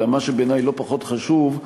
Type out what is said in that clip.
אלא מה שבעיני לא פחות חשוב,